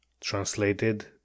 translated